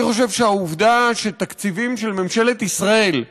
אני חושב שהעובדה שתקציבים של ממשלת ישראל,